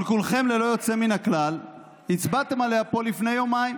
אבל כולכם ללא יוצא מן הכלל הצבעתם עליה פה לפני יומיים.